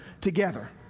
together